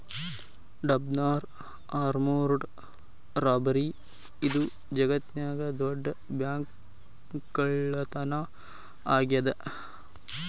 Dunbar armoured robbery ಇದು ಜಗತ್ನ್ಯಾಗ ದೊಡ್ಡ ಬ್ಯಾಂಕ್ಕಳ್ಳತನಾ ಆಗೇದ